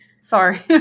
Sorry